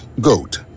GOAT